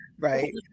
right